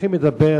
צריכים לדבר